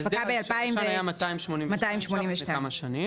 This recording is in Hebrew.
שפקע --- ההסדר הישן היה 282 ₪ לכמה שנים.